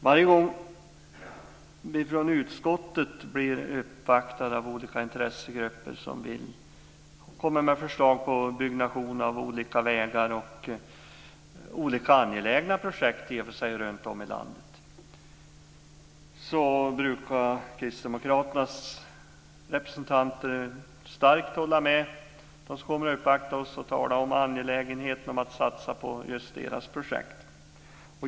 Varje gång vi från utskottet blir uppvaktade av olika intressegrupper som vill komma med förslag om byggnation av olika vägar och i och för sig angelägna projekt runtom i landet, så brukar Kristdemokraternas representanter starkt hålla med. Så kommer de och uppvaktar oss och talar om angelägenheten av att satsa på just deras projekt.